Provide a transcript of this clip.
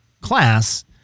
class